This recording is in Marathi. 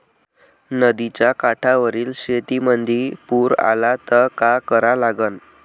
नदीच्या काठावरील शेतीमंदी पूर आला त का करा लागन?